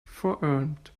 forearmed